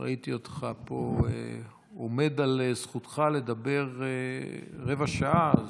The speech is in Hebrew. ראיתי אותך פה עומד על זכותך לדבר רבע שעה,